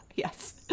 Yes